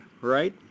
right